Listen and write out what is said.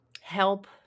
help